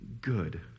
good